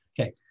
Okay